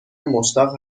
مشتاق